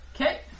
Okay